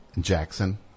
Jackson